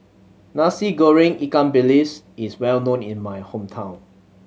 Nasi Goreng ikan bilis is well known in my hometown